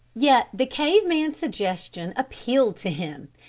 yet the cave-man suggestion appealed to him.